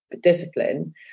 discipline